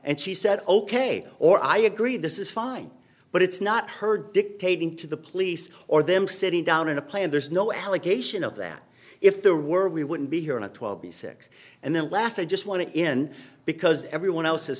and she said ok or i agree this is fine but it's not her dictating to the police or them sitting down in a plane there's no allegation of that if there were we wouldn't be here in a twelve b six and then last i just want to in because everyone else